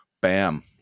bam